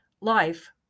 life